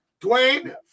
Dwayne